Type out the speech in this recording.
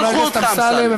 שלחו אותך, אמסלם.